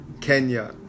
kenya